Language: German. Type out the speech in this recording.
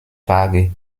vage